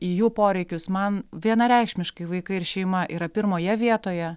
į jų poreikius man vienareikšmiškai vaikai ir šeima yra pirmoje vietoje